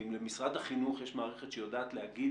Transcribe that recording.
ואם למשרד החינוך יש מערכת שיודעת להגיד